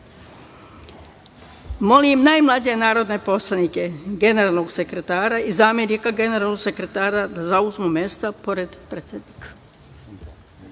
radu. Molim najmlađe narodne poslanike, generalnog sekretara i zamenika generalnog sekretara da zauzmu mesta pored